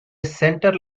center